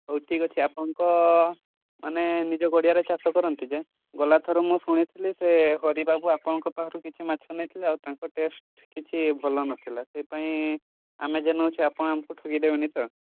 ହଉ ଠିକ୍ ଅଛି ଆପଣଙ୍କ ମାନେ ନିଜ ଗାଡ଼ିଆରେ ଚାଷ କରନ୍ତି ଯେ ଗଲା ଥର ମୁଁ ଶୁଣିଥିଲି ସେ ହରିବାବୁ ଆପଣଙ୍କ ପାଖରୁ କିଛି ମାଛ ନେଇଥିଲେ ଆଉ ତାଙ୍କ ଟେଷ୍ଟ୍ କିଛି ଭଲ ନଥିଲା ସେଇଥିପାଇଁ ଆମେ ଯେଉଁ ନେଉଛୁ ଆପଣ ଆମକୁ ଠକିଦେବେନି ତ